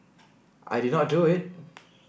I did not do it